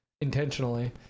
intentionally